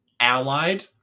Allied